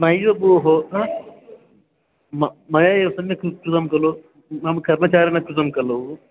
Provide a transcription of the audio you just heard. नैव भोः मया एव सम्यक् कृतं खलु मम कर्मचारेण कृतं कलु